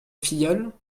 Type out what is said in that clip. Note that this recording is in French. filleule